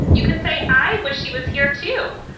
you can say, i wish she was here, too.